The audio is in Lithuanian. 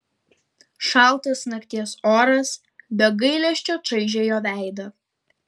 šaltas nakties oras be gailesčio čaižė jo veidą